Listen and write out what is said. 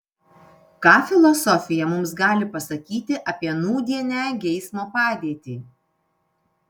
ką filosofija mums gali pasakyti apie nūdienę geismo padėtį